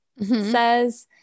says